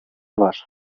var